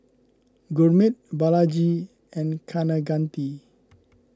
Gurmeet Balaji and Kaneganti